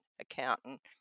accountant